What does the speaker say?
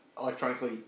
electronically